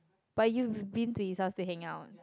but you've been to his house to hang out